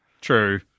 True